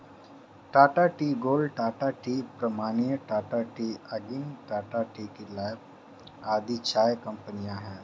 Tata tea gold, Tata tea premium, Tata tea Agni, Tata tea life आदि चाय कंपनियां है